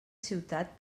ciutat